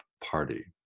party